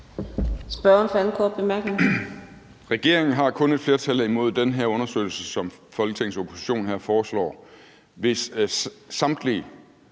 Kl. 17:35 Ole Birk Olesen (LA): Regeringen har kun et flertal imod den her undersøgelse, som Folketingets opposition her foreslår, hvis samtlige